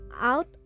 out